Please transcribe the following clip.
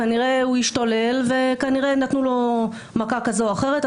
כנראה הוא השתולל וכנראה נתנו לו מכה כזו או אחרת,